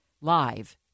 live